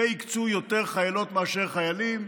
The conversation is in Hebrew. והקצו יותר חיילות מאשר חיילים.